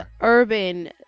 Urban